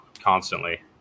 constantly